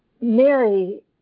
Mary